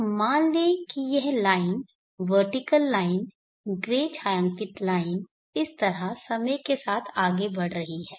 अब मान लें कि यह लाइन वर्टीकल लाइन ग्रे छायांकित लाइन इस तरह समय के साथ आगे बढ़ रही है